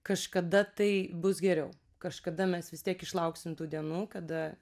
kažkada tai bus geriau kažkada mes vis tiek išlauksim tų dienų kada